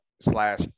slash